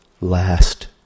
last